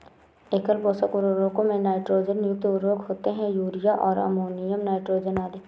एकल पोषक उर्वरकों में नाइट्रोजन युक्त उर्वरक होते है, यूरिया और अमोनियम नाइट्रेट आदि